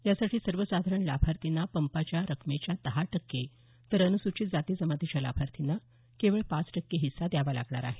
यासाठी सर्वसाधारण लाभार्थींना पंपाच्या रक्कमेच्या दहा टक्के तर अनुसूचित जाती जमातीच्या लाभार्थींना केवळ पाच टक्के हिस्सा द्यावा लागणार आहे